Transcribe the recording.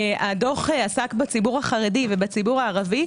הדוח עסק בציבור החרדי ובציבור הערבי,